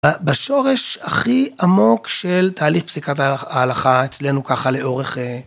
בשורש הכי עמוק של תהליך פסיקת ההלכה אצלנו ככה לאורך.